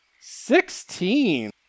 Sixteen